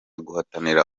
guhatanira